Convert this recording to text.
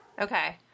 Okay